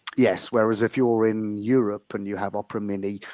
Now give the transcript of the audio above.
yes, whereas if you're in europe and you have opera mini,